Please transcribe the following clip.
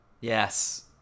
Yes